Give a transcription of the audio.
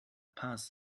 paz